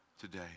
today